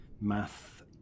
math